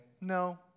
no